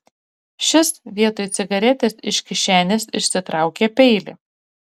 šis vietoj cigaretės iš kišenės išsitraukė peilį